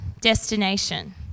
destination